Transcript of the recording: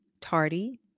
tardy